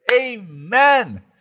amen